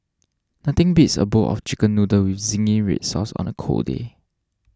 nothing beats a bowl of Chicken Noodles with Zingy Red Sauce on a cold day